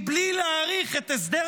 בלי להאריך את הסדר